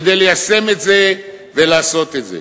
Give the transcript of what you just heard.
כדי ליישם את זה ולעשות את זה.